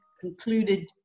concluded